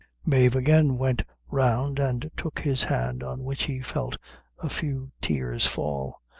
mave again went round and took his hand, on which he felt a few tears fall.